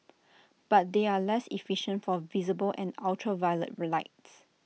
but they are less efficient for visible and ultraviolet relights